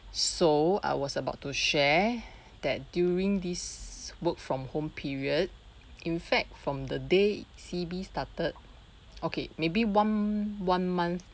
so I was about to share that during this work from home period in fact from the day C_B started okay maybe one one month